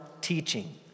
teaching